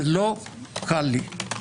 זה לא קל לי.